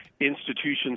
institutions